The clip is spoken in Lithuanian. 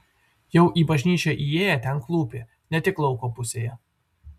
jau į bažnyčią įėję ten klūpi ne tik lauko pusėje